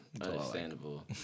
Understandable